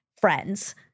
friends